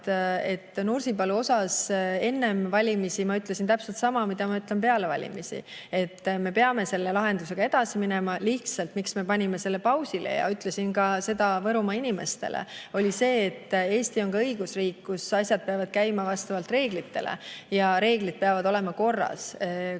et Nursipalu kohta ma enne valimisi ütlesin täpselt sama, mida ma ütlen peale valimisi: me peame selle lahendusega edasi minema. Lihtsalt põhjus, miks me panime selle pausile – ja ma ütlesin seda ka Võrumaa inimestele –, oli see, et Eesti on õigusriik, kus asjad peavad käima vastavalt reeglitele. Reeglid peavad olema paigas,